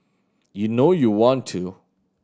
you know you want to